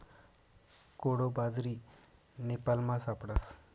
कोडो बाजरी नेपालमा सापडस